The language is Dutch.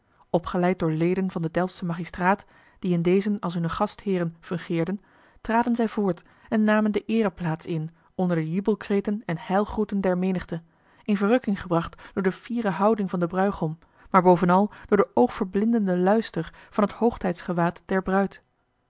opgeleid door leden van den delftschen magistraat die in dezen als hunne gastheeren fungeerden traden zij voort en namen de eereplaats in onder de jubelkreten en heilgroeten der menigte in verrukking gebracht door de fiere houding van den bruigom maar bovenal door den oogverblindenden luister van het hoogtijdsgewaad der bruid